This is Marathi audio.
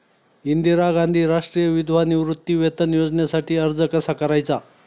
इंदिरा गांधी राष्ट्रीय विधवा निवृत्तीवेतन योजनेसाठी अर्ज कसा करायचा?